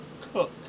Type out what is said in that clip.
Cook